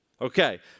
Okay